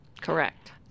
Correct